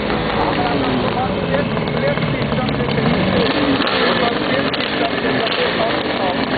हमरा सब कऽ उमहर प्लेट प्लेट सिस्टम जे छै से छै एतऽ तऽ पेट सिस्टम छै जते खाउ से खाउ